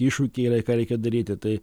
iššūkiai yra ir ką reikia daryti tai